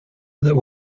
that